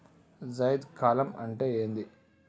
జైద్ కాలం అంటే ఏంది?